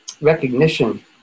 recognition